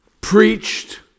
preached